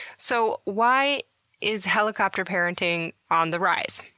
so why is helicopter parenting on the rise?